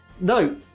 No